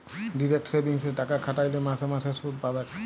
direct সেভিংসে টাকা খ্যাট্যাইলে মাসে মাসে সুদ পাবেক